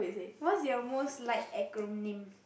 what's your most liked acronyms